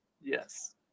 yes